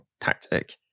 tactic